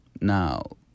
now